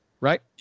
right